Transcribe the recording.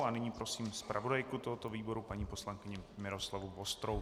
N nyní prosím zpravodajku tohoto výboru paní poslankyni Miroslavu Vostrou.